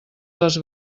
les